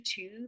YouTube